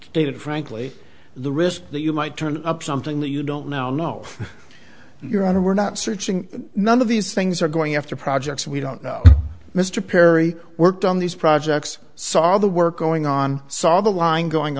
david frankly the risk that you might turn up something that you don't know know your honor we're not searching none of these things are going after projects we don't know mr perry worked on these projects saw the work going on saw the line going